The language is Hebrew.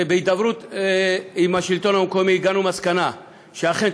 אז בהידברות עם השלטון המקומי הגענו למסקנה שאכן